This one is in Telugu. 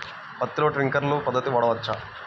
పత్తిలో ట్వింక్లర్ పద్ధతి వాడవచ్చా?